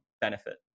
benefit